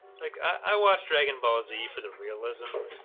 like i watched dragon ball z for the realism